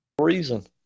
Reason